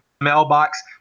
mailbox